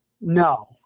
No